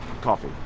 coffee